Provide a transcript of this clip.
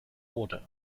order